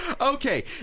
Okay